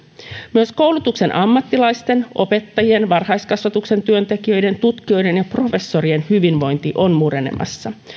myös koulutuksen ammattilaisten opettajien varhaiskasvatuksen työntekijöiden tutkijoiden ja professorien hyvinvointi on murenemassa